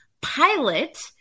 pilot